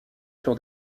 sur